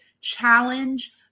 challenge